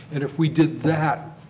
and if we did that,